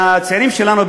והצעירים שלנו,